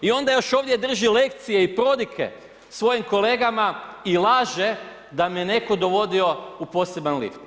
I onda još ovdje drži lekcije i prodike svojim kolegama i laže da me netko dovodio u poseban lift.